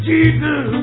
Jesus